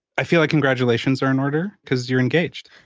i feel like congratulations are in order cause you're engaged.